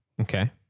Okay